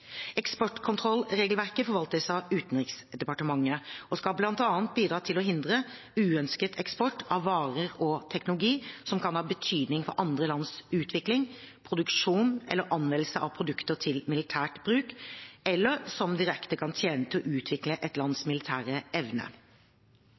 Eksportkontrollregelverket forvaltes av Utenriksdepartementet og skal bl.a. bidra til å hindre uønsket eksport av varer og teknologi som kan ha betydning for andre lands utvikling, produksjon eller anvendelse av produkter til militært bruk, eller som direkte kan tjene til å utvikle et lands